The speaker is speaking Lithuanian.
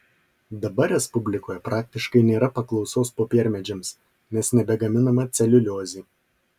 dabar respublikoje praktiškai nėra paklausos popiermedžiams nes nebegaminama celiuliozė